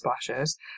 splashes